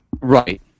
Right